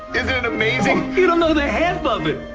isn't it amazing? you don't know the half of it.